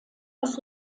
das